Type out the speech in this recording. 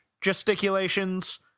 gesticulations